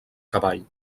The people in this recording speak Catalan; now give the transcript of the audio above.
cavall